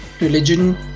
religion